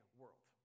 world